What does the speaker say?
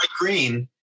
green